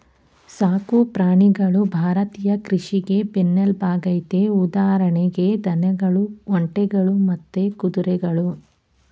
ಸಾಕು ಪ್ರಾಣಿಗಳು ಭಾರತೀಯ ಕೃಷಿಗೆ ಬೆನ್ನೆಲ್ಬಾಗಯ್ತೆ ಉದಾಹರಣೆಗೆ ದನಗಳು ಒಂಟೆಗಳು ಮತ್ತೆ ಕುದುರೆಗಳು